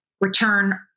return